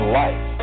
life